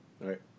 Right